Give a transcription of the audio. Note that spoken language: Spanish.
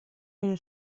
pero